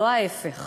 לא ההפך.